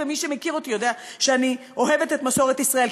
ומי שמכיר אותי יודע שאני אוהבת את מסורת ישראל,